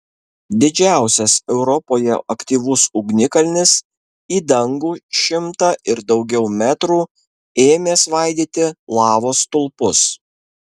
didžiausias europoje aktyvus ugnikalnis į dangų šimtą ir daugiau metrų ėmė svaidyti lavos stulpus